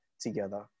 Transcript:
together